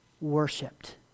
worshipped